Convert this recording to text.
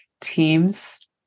teams